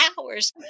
hours